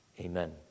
Amen